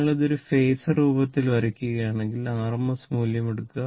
നിങ്ങൾ ഇത് ഒരു ഫാസർ രൂപത്തിൽ വയ്ക്കുകയാണെങ്കിൽ RMS മൂല്യം എടുക്കുക